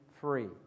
free